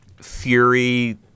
Fury